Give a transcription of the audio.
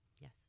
Yes